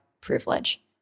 privilege